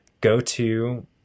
go-to